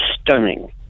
stunning